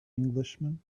englishman